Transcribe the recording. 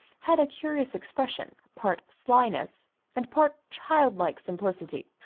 had a curious expression, part slyness and part childlike simplicity.